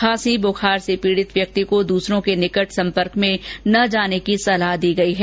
खांसी या बुखार से पीड़ित व्यक्ति को दूसरों के निकट सम्पर्क में न जाने की सलाह दी गई है